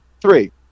Three